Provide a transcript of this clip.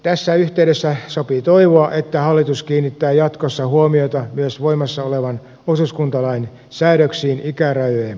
tässä yhteydessä sopii toivoa että hallitus kiinnittää jatkossa huomiota myös voimassa olevan osuuskuntalain säädöksiin ikärajojen poistamiseksi